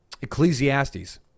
Ecclesiastes